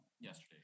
yesterday